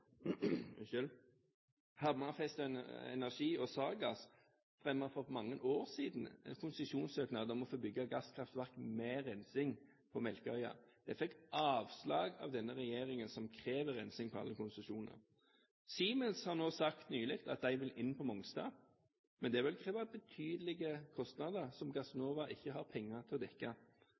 mange år siden en konsesjonssøknad om å få bygge gasskraftverk med rensing på Melkøya. De fikk avslag av denne regjeringen, som krever rensing på alle konsesjoner. Siemens har nylig sagt at de vil inn på Mongstad, men det vil kreve betydelige kostnader som Gassnova ikke har penger til å dekke.